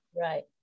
Right